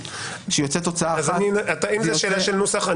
שיוצאת תוצאה --- אם זו שאלה של נוסח,